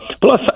plus